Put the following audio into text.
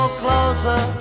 closer